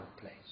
place